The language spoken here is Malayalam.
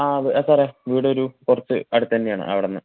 ആ അത് സാറേ ഇവിടൊരു കുറച്ച് അടുത്ത് തന്നെയാണ് അവിടെനിന്ന്